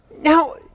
Now